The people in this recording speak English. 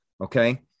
Okay